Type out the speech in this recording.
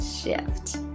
Shift